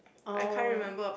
oh